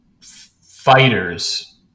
fighters